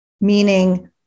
meaning